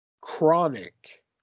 Chronic